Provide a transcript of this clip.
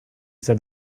said